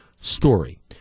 story